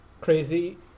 crazy